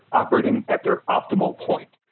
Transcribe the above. operating at their optimal point.